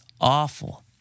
awful